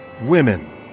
women